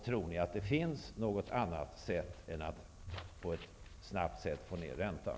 Tror ni att det finns något annat sätt än att snabbt få ned räntan?